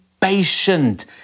patient